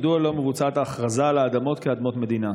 מדוע לא מבוצעת ההכרזה על האדמות כאדמות מדינה?